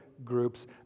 Groups